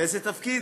באיזה תפקיד?